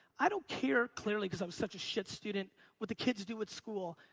i don't care, clearly cause i'm such a shit student, what the kids do at school,